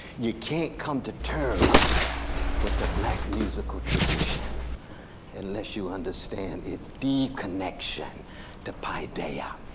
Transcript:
you can't come to terms with the black musical tradition unless you understand its deep connection to paideia.